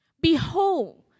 Behold